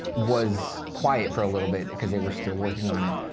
was quiet for a little bit, because they were still working on it.